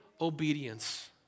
obedience